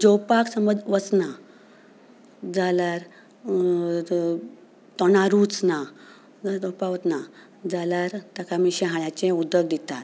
जेवपाक समज वचना जाल्यार तोंडा रूच ना जेवपाक वचना जाल्यार ताका आमी शिंयाळाचें उदक दितात